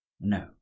no